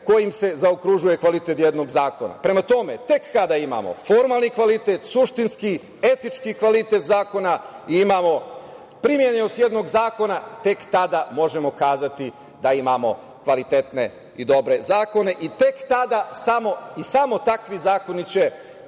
kojim se zaokružuje kvalitet jednog zakona. Prema tome, tek kada imamo formalni kvalitet, suštinski, etički kvalitet zakona, imamo primenjenost jednog zakona, tek tada možemo kazati da imamo kvalitetne i dobre zakone i tek tada i samo takvi zakoni će